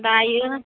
दायो